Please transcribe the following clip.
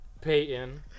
Peyton